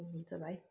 हुन्छ भाइ